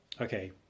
okay